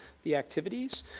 the activities.